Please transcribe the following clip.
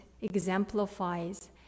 exemplifies